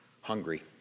hungry